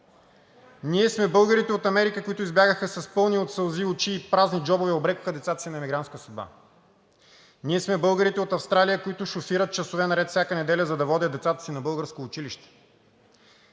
Ние сме българите от Америка, които избягаха с пълни със сълзи очи и празни джобове и обрекоха децата си на имигрантска съдба. Ние сме българите от Австралия, които шофират часове наред всяка неделя, за да водят децата си на българско училище.